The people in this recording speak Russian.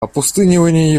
опустынивание